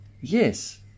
yes